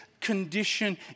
condition